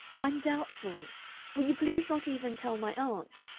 i'm doubtful will you please not even tell my aunt?